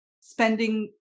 spending